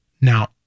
Now